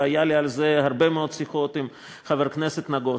והיו לי על זה הרבה מאוד שיחות עם חבר הכנסת נגוסה.